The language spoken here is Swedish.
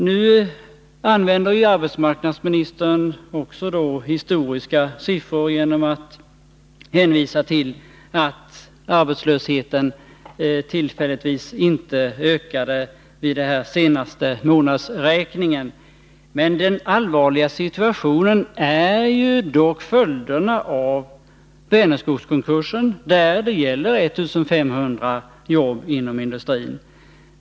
Nu använder arbetsmarknadsministern också historiska siffror genom att hänvisa till att arbetslösheten tillfälligtvis inte ökade vid den senaste månadsräkningen. Men den allvarliga situationen är ju följden av Vänerskogskonkursen, där det gäller 1500 jobb inom industrin.